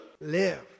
Live